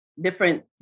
different